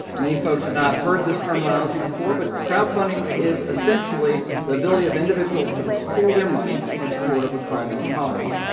many folks have not heard this terminology before, but crowdfunding is essentially the ability of individuals to pool their money in support of a common cause.